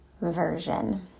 version